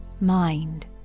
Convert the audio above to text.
mind